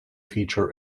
feature